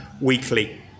weekly